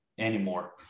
anymore